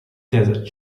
desert